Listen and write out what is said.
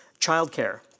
childcare